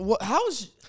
how's